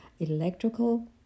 Electrical